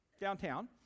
downtown